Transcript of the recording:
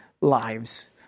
lives